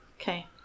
Okay